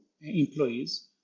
employees